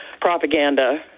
propaganda